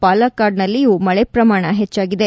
ಪಾಲಕಾಡ್ನಲ್ಲಿಯೂ ಮಳೆ ಪ್ರಮಾಣ ಹೆಚ್ಚಾಗಿದೆ